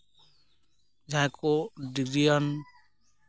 ᱡᱟᱦᱟᱸᱭ ᱠᱚ ᱰᱤᱜᱽᱨᱤᱭᱟᱱ